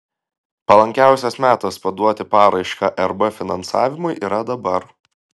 palankiausias metas paduoti paraišką rb finansavimui yra dabar